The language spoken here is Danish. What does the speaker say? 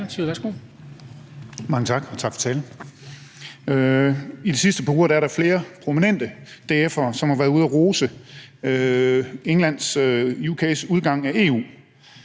I de sidste par uger er der flere prominente DF'ere, som har været ude at rose Englands udgang af EU;